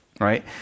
Right